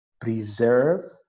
preserve